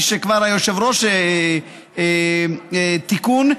כפי שכבר היושב-ראש אמר: תיקון,